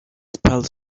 spelt